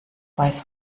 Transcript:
weiß